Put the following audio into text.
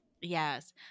Yes